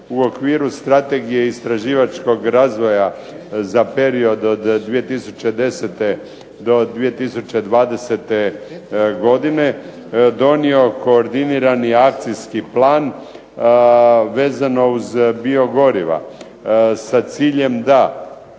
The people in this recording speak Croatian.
u okviru Strategije istraživačkog razvoja za period od 2010. do 2020. godine donio koordinirani akcijski plan vezano uz biogoriva. Sa ciljem da